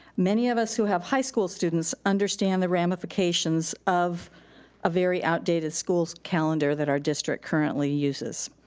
many of us who have high school students understand the ramifications of a very outdated school calendar that our district currently uses.